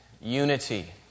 unity